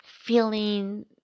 feeling